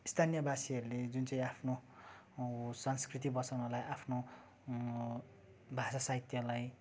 स्थानीय बासीहरूले जुन चाहिँ आफ्नो संस्कृति बचाउनलाई आफ्नो भाषा साहित्यलाई